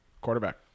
Quarterback